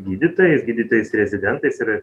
gydytojais gydytojais rezidentais ir